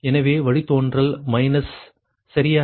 எனவே வழித்தோன்றல் மைனஸ் சரியா